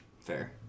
Fair